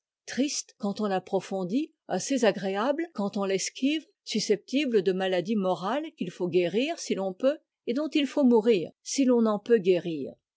triste quand on l'approfondit assez agréable quand on l'esquive susceptible de maladies morales qu'il faut guérir si l'on peut et dont il faut mourir si l'on n'en peut guérir